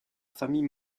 famille